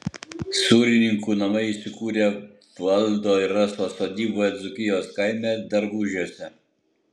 sūrininkų namai įsikūrę valdo ir rasos sodyboje dzūkijos kaime dargužiuose